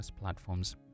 platforms